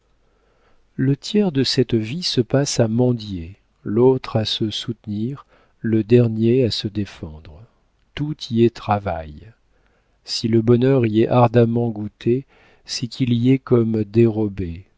le tiers de cette vie se passe à mendier l'autre à se soutenir le dernier à se défendre tout y est travail si le bonheur y est ardemment goûté c'est qu'il y est comme dérobé